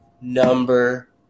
number